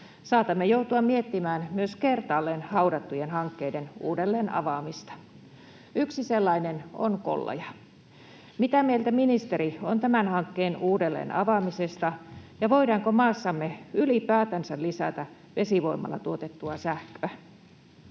Saatamme joutua miettimään myös kertaalleen haudattujen hankkeiden uudelleenavaamista. Yksi sellainen on Kollaja. Mitä mieltä ministeri on tämän hankkeen uudelleenavaamisesta? Ja voidaanko maassamme ylipäätänsä lisätä vesivoimalla tuotettua sähköä?